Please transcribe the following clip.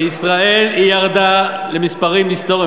בישראל היא ירדה למספרים היסטוריים,